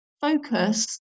focus